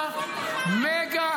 המלחמה היא אירוע מגה,